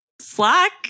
Slack